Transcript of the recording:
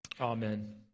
Amen